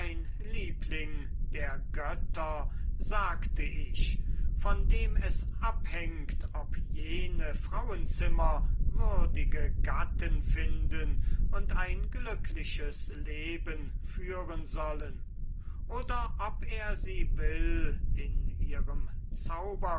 liebling der götter sagte ich von dem es abhängt ob jene frauenzimmer würdige gatten finden und ein glückliches leben führen sollen oder ob er sie will in ihrem